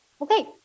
Okay